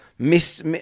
Miss